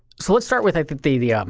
so let's start with i think the the ah